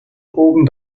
oben